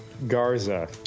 Garza